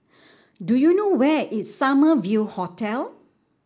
do you know where is Summer View Hotel